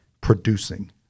producing